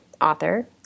author